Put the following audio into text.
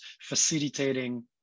facilitating